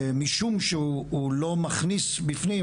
משום שהוא לא מכניס בפנים,